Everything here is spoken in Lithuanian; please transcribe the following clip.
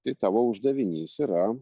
tai tavo uždavinys yra